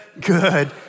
good